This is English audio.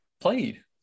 played